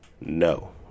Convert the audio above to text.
no